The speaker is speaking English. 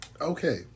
Okay